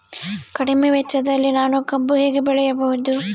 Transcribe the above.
ಕಡಿಮೆ ವೆಚ್ಚದಲ್ಲಿ ನಾನು ಕಬ್ಬು ಹೇಗೆ ಬೆಳೆಯಬಹುದು?